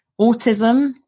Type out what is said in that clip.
autism